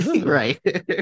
Right